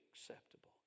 acceptable